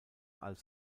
als